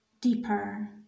deeper